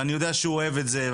ואני יודע שהוא אוהב את זה,